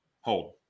Hold